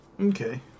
Okay